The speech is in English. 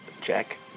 Jack